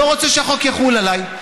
לא רוצה שהחוק יחול עליי,